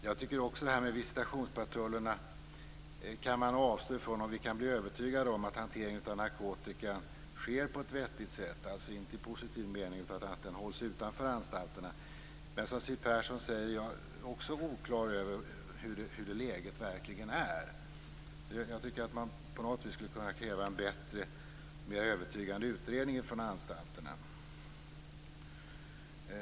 Jag tycker också att vi kan avstå från visitationspatrullerna om vi kan bli övertygade om att hanteringen av narkotika sker på ett vettigt sätt, dvs. inte i positiv mening utan att den hålls utanför anstalterna. Men liksom Siw Persson är jag oklar över hur läget verkligen är. Jag tycker att man skulle kunna kräva en bättre och mer övertygande utredning från anstalterna.